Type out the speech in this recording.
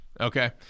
Okay